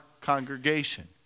congregation